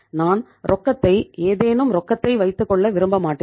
நான் ரொக்கத்தை ஏதேனும் ரொக்கத்தை வைத்துக் கொள்ள விரும்ப மாட்டேன்